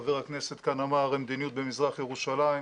חבר הכנסת כאן אמר על המדיניות במזרח ירושלים,